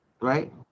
Right